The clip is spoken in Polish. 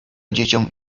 dzieciom